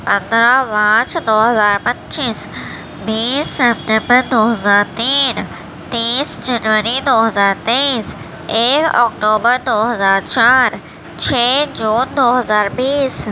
پندرہ مارچ دو ہزار پچیس بیس سیپٹمبر دو ہزار تین تیس جنوری دو ہزار تیئیس ایک اکٹوبر دو ہزار چار چھ جون دو ہزار بیس